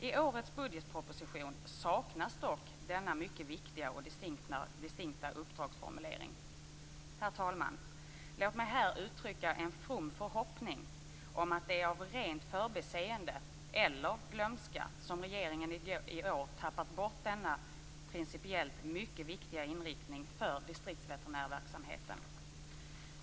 I årets budgetproposition saknas dock denna mycket viktiga och distinkta uppdragsformulering. Herr talman! Låt mig här uttrycka en from förhoppning om att det är av rent förbiseende eller glömska som regeringen i år har tappat bort denna principiellt mycket viktiga inriktning för distriktsveterinärverksamheten.